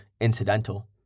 incidental